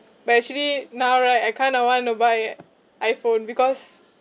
but actually now right I kind of want to buy iPhone because